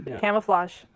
Camouflage